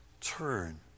turn